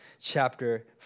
chapter